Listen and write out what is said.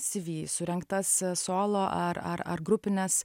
cv surengtas solo ar ar ar grupines